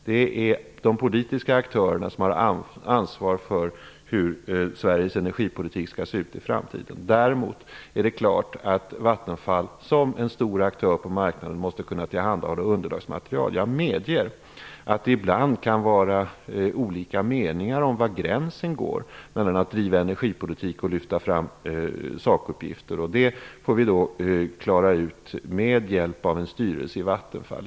Det är de politiska aktörerna som har ansvar för hur Sveriges energipolitik skall se ut i framtiden. Däremot är det klart att Vattenfall, som en stor aktör på marknaden, måste kunna tillhandahålla underlagsmaterial. Jag medger att det ibland kan vara olika meningar om var gränsen går mellan att driva energipolitik och att lyfta fram sakuppgifter. Det får vi klara ut med hjälp av en styrelse i Vattenfall.